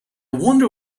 wonder